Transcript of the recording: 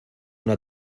una